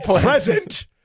Present